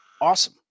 Awesome